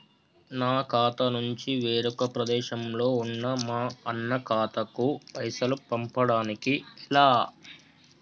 నా ఖాతా నుంచి వేరొక ప్రదేశంలో ఉన్న మా అన్న ఖాతాకు పైసలు పంపడానికి ఎలా?